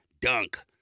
dunk